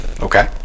Okay